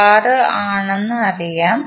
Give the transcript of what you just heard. ആണെന്ന് അറിയാം